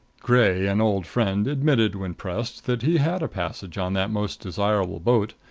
gray, an old friend, admitted when pressed that he had a passage on that most desirable boat.